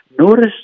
Notice